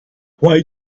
why